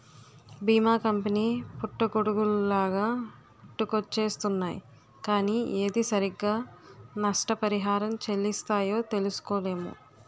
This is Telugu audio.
బీమా కంపెనీ పుట్టగొడుగుల్లాగా పుట్టుకొచ్చేస్తున్నాయ్ కానీ ఏది సరిగ్గా నష్టపరిహారం చెల్లిస్తాయో తెలుసుకోలేము